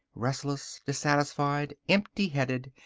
restless, dissatisfied, emptyheaded,